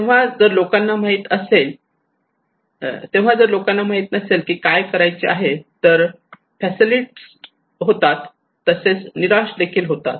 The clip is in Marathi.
तेव्हा जर लोकांना माहित नसेल की काय करायचे आहे तर ते फॅटलिस्ट होतात तसेच निराश देखील होतात